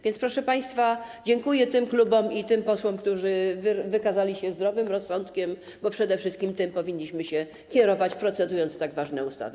Więc, proszę państwa, dziękuję tym klubom i tym posłom, którzy wykazali się zdrowym rozsądkiem, bo przede wszystkim tym powinniśmy się kierować, procedując nad tak ważnymi ustawami.